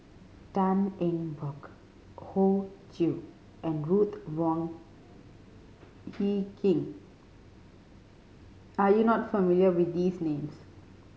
Tan Eng Bock Hoey Choo and Ruth Wong Hie King are you not familiar with these names